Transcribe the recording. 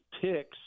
picks